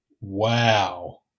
Wow